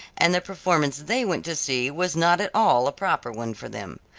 and the performance they went to see was not at all a proper one for them.